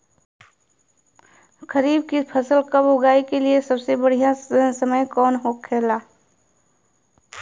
खरीफ की फसल कब उगाई के लिए सबसे बढ़ियां समय कौन हो खेला?